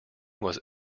was